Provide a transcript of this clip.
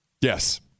Yes